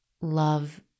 love